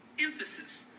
Emphasis